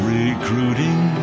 recruiting